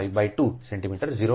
5 2 centimetre 0